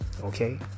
okay